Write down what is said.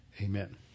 Amen